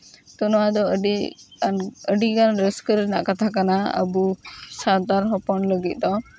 ᱛᱚ ᱱᱚᱣᱟ ᱫᱚ ᱟᱹᱰᱤ ᱜᱟᱱ ᱟᱹᱰᱤ ᱜᱟᱱ ᱨᱟᱹᱥᱠᱟᱹ ᱨᱮᱱᱟᱜ ᱠᱟᱛᱷᱟ ᱠᱟᱱᱟ ᱟᱵᱚ ᱥᱟᱱᱛᱟᱲ ᱦᱚᱯᱚᱱ ᱞᱟᱹᱜᱤᱫ ᱫᱚ